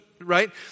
right